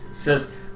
says